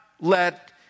let